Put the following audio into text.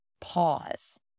pause